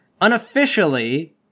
Unofficially